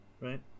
right